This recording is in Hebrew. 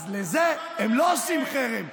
אז על זה הם לא עושים חרם.